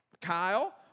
Kyle